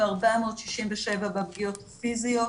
ו-467 בפגיעות הפיזיות.